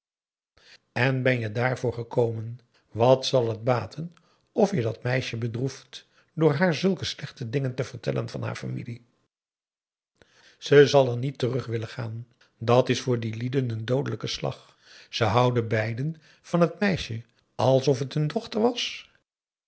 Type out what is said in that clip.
en ben je daarvoor gekomen wat zal het baten of je dat meisje bedroeft door haar zulke slechte dingen te vertellen van haar familie ze zal er niet terug willen gaan dat is voor die lieden een doodelijke slag ze houden beiden van het meisje alsof het hun dochter was